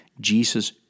Jesus